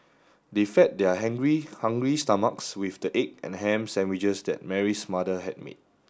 they fed their hungry stomachs with the egg and ham sandwiches that Mary's mother had made